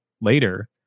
later